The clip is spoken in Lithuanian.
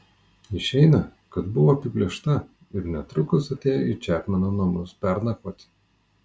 išeina kad buvo apiplėšta ir netrukus atėjo į čepmeno namus pernakvoti